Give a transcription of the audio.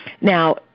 Now